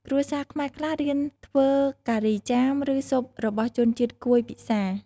គ្រួសារខ្មែរខ្លះរៀនធ្វើការីចាម ឬស៊ុបរបស់ជនជាតិកួយពិសា។